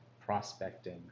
prospecting